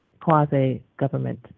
quasi-government